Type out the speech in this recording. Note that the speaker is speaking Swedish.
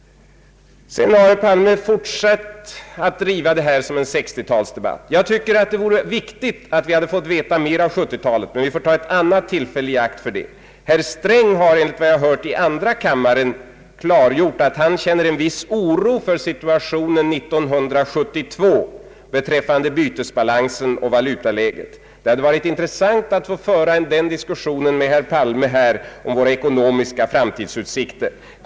Herr Palme har fortsatt att föra denna debatt som en 1960-talsdebatt. Jag tycker att det vore viktigt om vi hade fått veta litet mera om 1970-talet, men vi får ta ett annat tillfälle i akt för detta. Herr Sträng har enligt vad jag hört i andra kammaren klargjort att han känner en viss oro inför situationen 1972 beträffande bytesbalansen och valutaläget. Det hade varit intressant att här få föra diskussionen om våra ekonomiska framtidsutsikter med herr Palme.